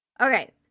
Okay